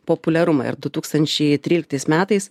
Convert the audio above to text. populiarumą ir du tūkstančiai tryliktais metais